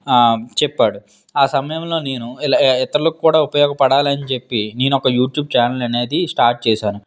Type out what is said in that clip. చెప్పాడు ఆ సమయంలో నేను ఇలా ఇతరులకు కూడా ఉపయోగపడాలని చెప్పి నేను ఒక యూట్యూబ్ ఛానల్ అనేది స్టార్ట్ చేశాను